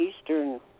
Eastern